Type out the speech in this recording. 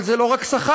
אבל זה לא רק שכר.